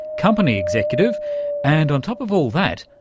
company executive and, on top of all that,